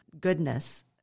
goodness